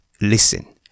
Listen